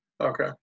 Okay